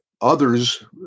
others